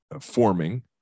forming